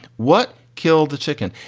what killed the chicken.